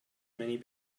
many